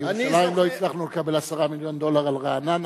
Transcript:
לא הצלחנו לקבל 10 מיליון דולר על רעננה,